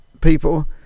people